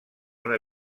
una